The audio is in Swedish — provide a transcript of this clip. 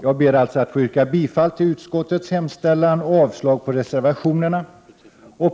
Jag ber att få yrka bifall till utskottets hemställan och avslag på reservationerna.